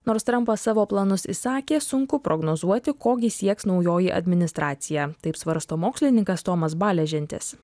nors trampas savo planus įsakė sunku prognozuoti ko gi sieks naujoji administracija taip svarsto mokslininkas tomas baležentis